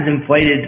inflated